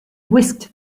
whisked